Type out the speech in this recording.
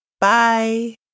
Bye